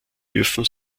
dürfen